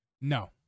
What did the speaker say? No